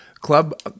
Club